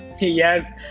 Yes